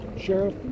Sheriff